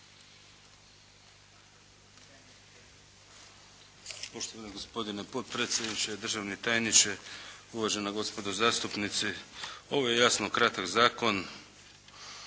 Poštovani gospodine potpredsjedniče, državni tajniče, uvažena gospodo zastupnici. Ovo je jasno kratak zakona.